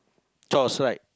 chores right